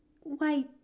Why